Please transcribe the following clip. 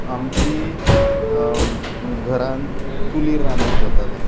आमचें घरांत चुलीर रांदप जातालें